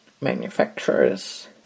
manufacturers